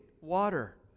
water